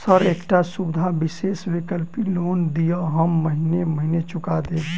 Sir एकटा सुविधा विशेष वैकल्पिक लोन दिऽ हम महीने महीने चुका देब?